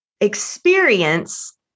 experience